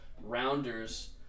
Rounders